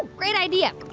great idea.